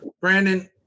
Brandon